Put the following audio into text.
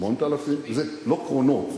8,000 זה לא קרונות.